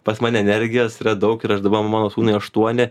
pas mane energijos yra daug ir aš dabar mano sūnui aštuoni